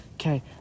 Okay